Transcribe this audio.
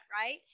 right